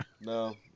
No